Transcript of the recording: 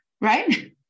right